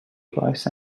باعث